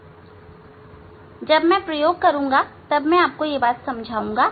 यह जब मैं प्रयोग करूंगा तब मैं आपको समझा लूंगा